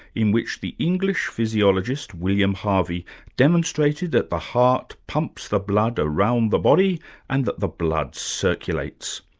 in which the english physiologist william harvey demonstrated that the heart pumps the blood around the body and that the blood circulates.